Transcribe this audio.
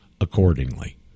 accordingly